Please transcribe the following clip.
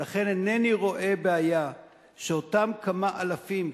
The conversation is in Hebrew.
ולכן אינני רואה בעיה שאותם כמה אלפים,